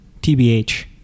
TBH